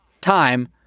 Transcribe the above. Time